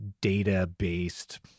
data-based